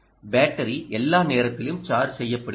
battery எல்லா நேரத்திலும் charge செய்யப்படுகிறது